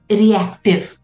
reactive